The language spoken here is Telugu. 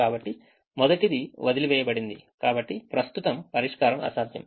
కాబట్టి మొదటిది వదిలి వేయబడినది కాబట్టి ప్రస్తుతం పరిష్కారం అసాధ్యం